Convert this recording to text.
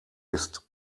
ist